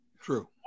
true